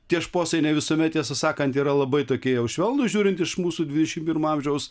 tie šposai ne visuomet tiesą sakant yra labai tokie jau švelnūs žiūrint iš mūsų dvidešimt pirmo amžiaus